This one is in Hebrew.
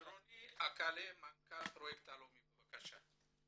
רוני אקלה, מנכ"ל הפרויקט הלאומי בבקשה.